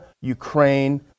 Ukraine